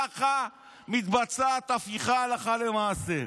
ככה מתבצעת הפיכה הלכה למעשה.